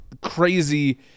crazy